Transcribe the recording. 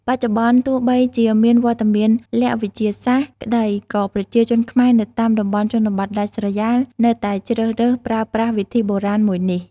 បច្ចុប្បន្នទោះបីជាមានវត្តមានល័ក្តវិទ្យាសាស្ត្រក្ដី ក៏ប្រជាជនខ្មែរនៅតាមតំបន់ជនបទដាច់ស្រយាលនៅតែជ្រើសរើសប្រើប្រាស់វិធីបុរាណមួយនេះ